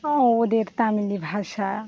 ও ওদের তামিলি ভাষা